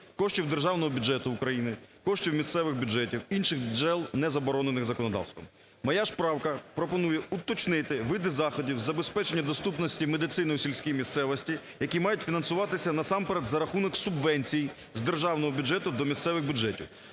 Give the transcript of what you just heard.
коштів державного бюджету України, коштів місцевих бюджетів, інших джерел, не заборонених законодавством. Моя ж правка пропонує уточнити види заходів з забезпечення доступності медицини у сільській місцевості, які мають фінансуватися насамперед за рахунок субвенцій з державного бюджету до місцевих бюджетів.